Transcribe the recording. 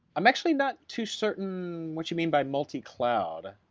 i'm actually not to certain what you mean by multi-cloud.